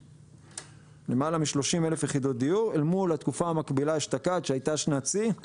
אל מול התקופה המקבילה אשתקד שהייתה שנת שיא,